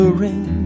ring